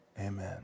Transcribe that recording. amen